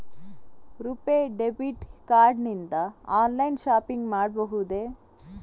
RuPay debit card ನಿಂದ online shopping ಮಾಡಬಹುದೇ?